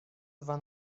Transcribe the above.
dwa